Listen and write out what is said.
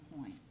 point